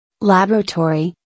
Laboratory